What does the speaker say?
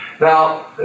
Now